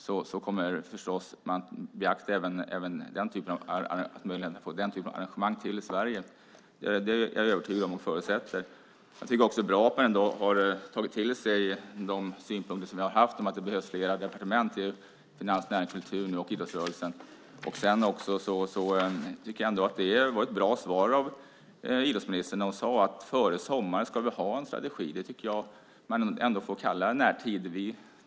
Man kommer naturligtvis att beakta möjligheten att få även den typen av arrangemang till Sverige. Jag tycker också att det är bra att man har tagit till sig synpunkterna om att det behövs fler departement. Det är Finansdepartementet, Näringsdepartementet och Kulturdepartementet som handlägger sådant som rör idrottsrörelsen. Jag tycker att det var ett bra svar av idrottsministern när hon sade att vi ska ha en strategi före sommaren. Det tycker jag att man ändå får kalla i närtid.